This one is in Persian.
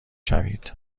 شوید